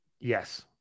Yes